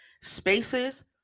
spaces